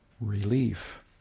relief